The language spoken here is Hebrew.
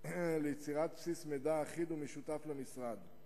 ליצירת בסיס מידע אחיד ומשותף למשרד.